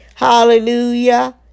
Hallelujah